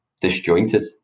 disjointed